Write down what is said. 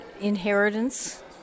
inheritance